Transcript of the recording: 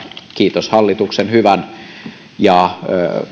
kiitos hallituksen hyvän ja